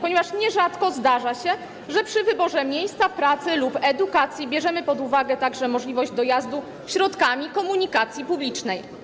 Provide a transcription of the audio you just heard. Ponieważ nierzadko zdarza się, że przy wyborze miejsca pracy lub edukacji bierzemy pod uwagę także możliwość dojazdu środkami komunikacji publicznej.